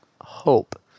hope